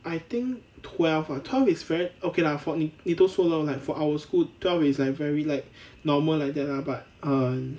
I think twelve ah twelve is very okay lah for 你你都说了 like for our school twelve is err very like normal like that lah but um